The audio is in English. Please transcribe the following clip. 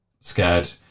scared